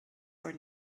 are